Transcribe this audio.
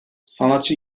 sanatçı